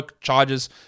charges